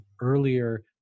earlier